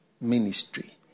ministry